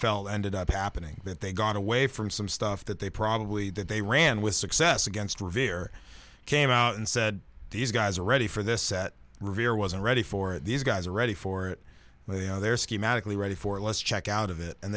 felt ended up happening that they got away from some stuff that they probably that they ran with success against revere came out and said these guys are ready for this set revere wasn't ready for it these guys are ready for it and you know they're schematically ready for it let's check out of it and